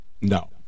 No